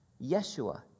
Yeshua